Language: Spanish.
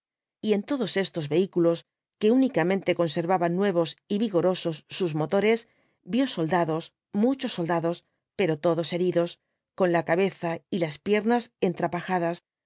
y en todos estos vehículos que únicamente conservaban nuevos y vigorosos sus motores vio soldados muchos soldados pero todos heridos con la cabeza y las piernasentrapajadas